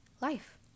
life